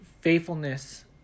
faithfulness